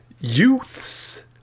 Youths